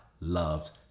loves